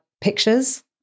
pictures